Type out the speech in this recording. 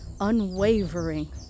unwavering